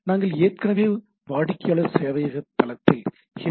நாங்கள் ஏற்கனவே வாடிக்கையாளர் சேவையக தளத்தில் ஹெச்